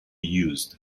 used